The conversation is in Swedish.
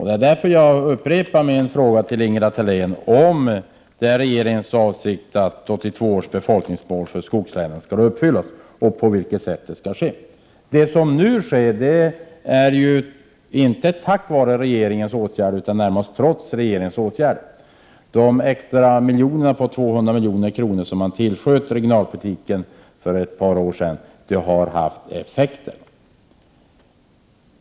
Det är därför jag upprepar min fråga till Ingela Thalén om det är regeringens avsikt att 1982 års befolkningsmål för skogslänen skall uppfyllas och på vilket sätt det skall ske. Det som nu sker är inte tack vare regeringens åtgärder, utan närmast trots regeringens åtgärder. De 200 extra miljoner som man tillsköt till regionalpolitiken för ett par år sedan har haft effekt.